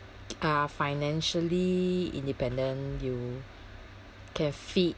are financially independent you can feed